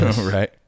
Right